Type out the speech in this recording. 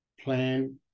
plan